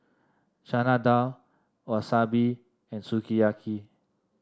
Chana Dal Wasabi and Sukiyaki